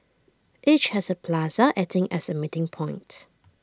each has A plaza acting as A meeting point